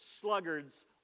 sluggards